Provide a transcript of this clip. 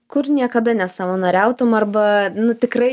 kur niekada nesavanoriautum arba nu tikrai